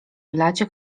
blacie